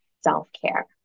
self-care